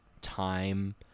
time